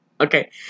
Okay